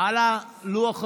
על הלוח עצמו,